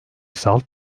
salt